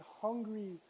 hungry